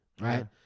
right